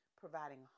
providing